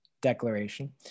Declaration